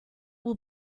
will